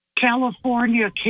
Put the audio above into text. california